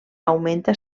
augmenta